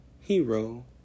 Hero